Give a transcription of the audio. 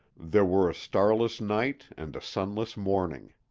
there were a starless night and a sunless morning.